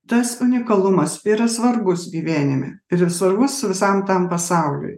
tas unikalumas yra svarbus gyvenime ir svarbus visam tam pasauliui